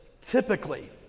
Typically